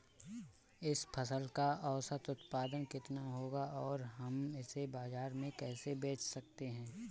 इस फसल का औसत उत्पादन कितना होगा और हम इसे बाजार में कैसे बेच सकते हैं?